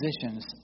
positions